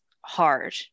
hard